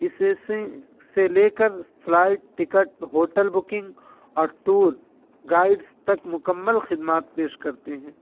assessing سے لے کر فلائٹ ٹکٹ ہوٹل بکنگ اور ٹور گائیڈس تک مکمل خدمات پیش کرتے ہیں